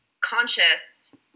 conscious